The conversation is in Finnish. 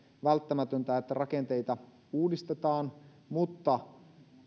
välttämätöntä että rakenteita uudistetaan mutta